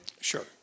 Sure